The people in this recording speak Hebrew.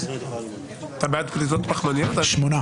הצבעה מס' 1 בעד ההסתייגות 4 נגד,